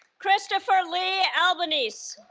christopher lee albanese